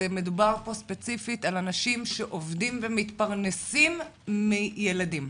מדובר פה ספציפית על אנשים שעובדים ומתפרנסים מילדים.